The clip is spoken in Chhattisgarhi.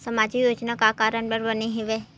सामाजिक योजना का कारण बर बने हवे?